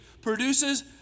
produces